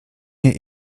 mir